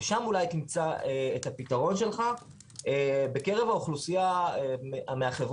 ושם אולי תמצא את הפתרון שלך בקרב האוכלוסייה מהחברה